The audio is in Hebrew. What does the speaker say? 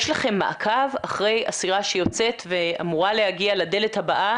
יש לכם מעקב אחרי אסירה שיוצאת ואמורה להגיע לדלת הבאה,